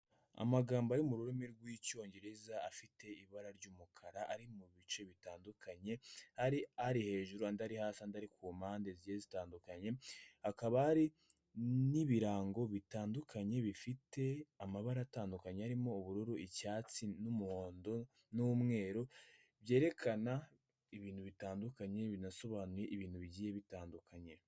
Amagambo yo mu rurimi rw'Icyongereza afite ibara ry'umukara ari mu bice bitandukanye, hari ari hejuru andi ari hasi andi ari ku mpande zigiye zitandukanye, hakaba hari n'ibirango bitandukanye bifite amabara atandukanye arimo ubururu, icyatsi n'umuhondo n'umweru, byerekana ibintu bitandukanye binasobanuye ibintu bigiye bitandukanye.